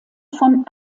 von